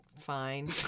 fine